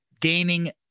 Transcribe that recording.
gaining